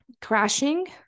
crashing